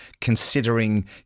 considering